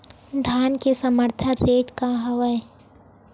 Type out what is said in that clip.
धान के समर्थन रेट का हवाय?